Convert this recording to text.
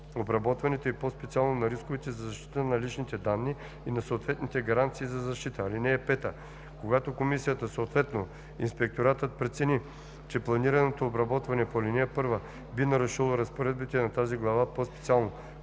обработването и по специално на рисковете за защитата на личните данни и на съответните гаранции за тази защита. (5) Когато комисията, съответно инспекторатът прецени, че планираното обработване по ал. 1 би нарушило разпоредбите на тази глава, по-специално